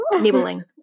nibbling